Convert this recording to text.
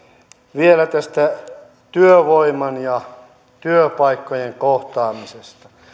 vielä tästä työvoiman ja työpaikkojen kohtaamisesta